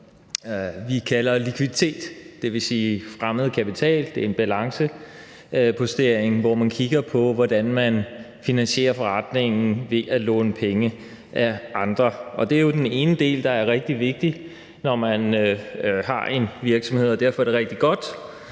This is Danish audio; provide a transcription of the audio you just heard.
vi kalder likviditet. Det vil sige fremmed kapital. Det er en balancepostering, hvor man kigger på, hvordan man finansierer forretningen ved at låne penge af andre. Det er jo den ene del, der er rigtig vigtig, når man har en virksomhed, og derfor er det rigtig godt,